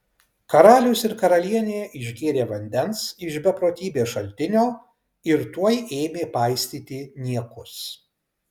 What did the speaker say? karalius ir karalienė išgėrė vandens iš beprotybės šaltinio ir tuoj ėmė paistyti niekus